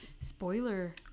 spoiler